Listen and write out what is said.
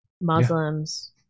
Muslims